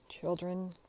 children